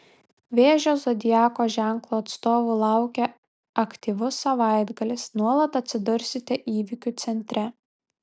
vėžio zodiako ženklo atstovų laukia aktyvus savaitgalis nuolat atsidursite įvykių centre